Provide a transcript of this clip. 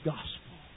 Gospel